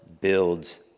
builds